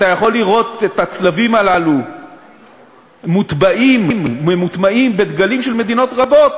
אתה יכול לראות את הצלבים הללו מוטבעים ומוטמעים בדגלים של מדינות רבות,